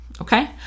okay